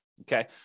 okay